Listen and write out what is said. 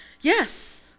yes